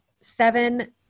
seven